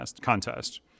contest